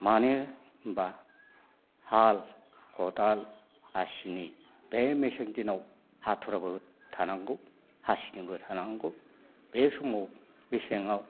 मानो होनबा हाल खदाल हासिनि बे मेसें दिनाव हाथुराबो थानांगौ हासिनिबो थानांगौ बे समाव मेसेङाव